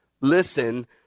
Listen